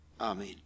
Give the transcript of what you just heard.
Amen